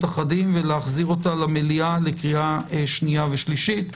אחדים ולהחזירה למליאה לקריאה שנייה ושלישית.